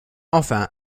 enfin